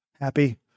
happy